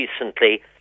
recently